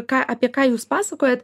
ką apie ką jūs pasakojat